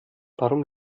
warum